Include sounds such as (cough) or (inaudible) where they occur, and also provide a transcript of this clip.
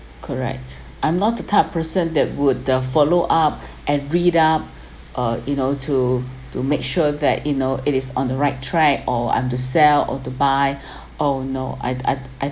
correct I'm not that type of person that would the follow up (breath) and read up (breath) uh you know to to make sure that you know it is on the right track or I'm to sell or to buy (breath) oh no I I I